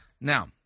Now